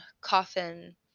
coffin